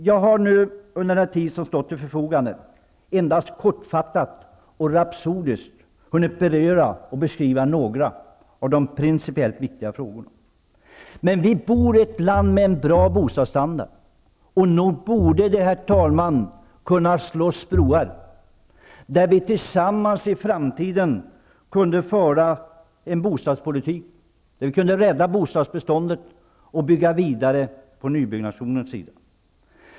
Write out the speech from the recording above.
Jag har nu under den tid som stått till förfogande endast kortfattat och rapsodiskt hunnit beröra och beskriva några av de principiellt viktiga frågorna. Vi bor i ett land med en bra bostadsstandard. Nog borde det, herr talman, kunna slås broar som gjorde det möjligt för oss att i framtiden tillsammans föra en bostadspolitik som innebar att vi kunde rädda bostadsbeståndet och bygga vidare på nybyggnationssidan.